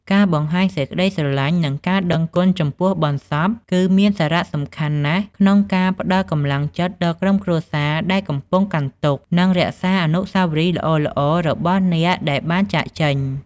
ការបង្ហាញសេចក្ដីស្រឡាញ់ និងការដឹងគុណចំពោះបុណ្យសព គឺមានសារៈសំខាន់ណាស់ក្នុងការផ្តល់កម្លាំងចិត្តដល់ក្រុមគ្រួសារដែលកំពុងកាន់ទុក្ខ និងរក្សាអនុស្សាវរីយ៍ល្អៗរបស់អ្នកដែលបានចាកចេញ។